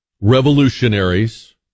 revolutionaries